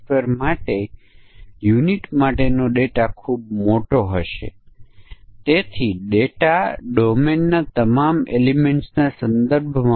જવાબ ખૂબ જ સરળ છે તે 99 અને 99 સમાવિષ્ટની વચ્ચે માન્ય સમકક્ષ વર્ગ છે અહીં કોઈ પણ મૂલ્ય 99 થી વધુ અમાન્ય સમકક્ષ વર્ગ અને 99 કરતા ઓછો બીજો અમાન્ય સમકક્ષ વર્ગ છે